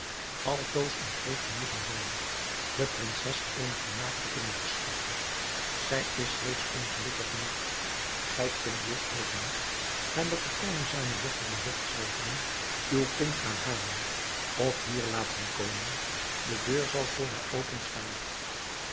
altoos een groot genoegen zijn de prinses eenig vermaak te kunnen verschaffen zij is reeds ongelukkig genoeg gij kunt dus dezen nacht nadat de koning zijne dochter bezocht zal hebben uw kind gaan halen of hier laten komen de deur zal voor haar